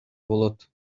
болот